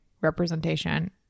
representation